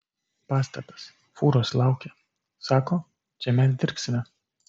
pastatas fūros laukia sako čia mes dirbsime